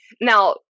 Now